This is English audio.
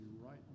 right